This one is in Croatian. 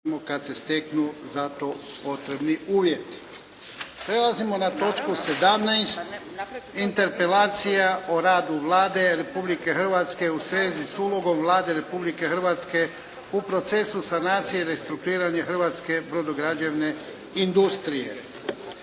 **Jarnjak, Ivan (HDZ)** Prelazimo na točku 17. - Interpelacija o radu Vlade Republike Hrvatske u svezi s ulogom Vlade Republike Hrvatske u procesu sanacije i restrukturiranja Hrvatske brodograđevne industrije